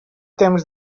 temps